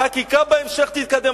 החקיקה בהמשך תתקדם,